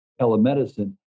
telemedicine